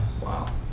wow